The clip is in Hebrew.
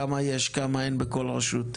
כמה יש וכמה אין בכל רשות?